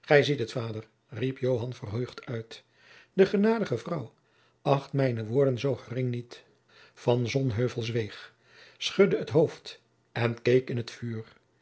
gij ziet het vader riep joan verheugd uit de genadige vrouw acht mijne woorden zoo gering niet jacob van lennep de pleegzoon van sonheuvel zweeg schudde het hoofd en keek in het vuur